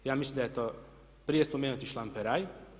Ja mislim da je to prije spomenuti šlamperaj.